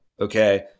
okay